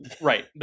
Right